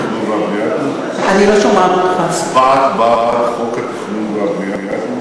חוק התכנון והבנייה?